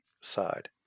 side